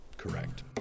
correct